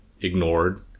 ignored